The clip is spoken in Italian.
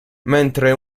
mentre